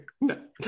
no